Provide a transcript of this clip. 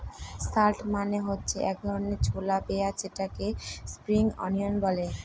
shallot মানে হচ্ছে এক ধরনের ছোলা পেঁয়াজ যেটাকে স্প্রিং অনিয়ন বলে